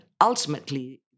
ultimately